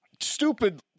stupid